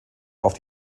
auf